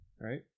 Right